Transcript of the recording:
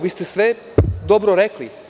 Vi ste sve dobro rekli.